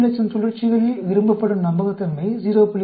400000 சுழற்சிகளில் விரும்பப்படும் நம்பகத்தன்மை 0